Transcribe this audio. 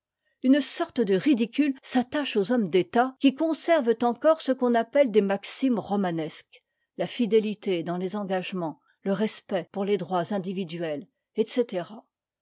une sorte de ridicule s'attache aux hommes d'état qui conservent encore ce qu'on appelle des maximes romanesques la cdétité dans les engagements le respect pour les droits individuels etc